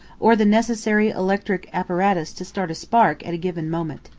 or the necessary electric apparatus to start a spark at a given moment.